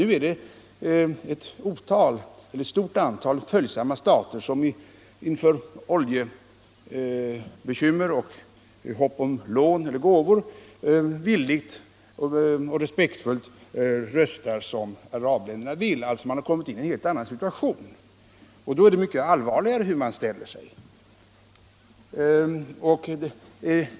Nu är det ett stort antal följsamma stater som inför oljebekymmer och i hopp om lån eller gåvor villigt och respektfullt röstar som arabländerna vill. Man har alltså som sagt kommit in i en helt annan situation, och då är det mycket allvarligare hur man ställer sig.